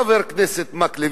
חבר הכנסת מקלב,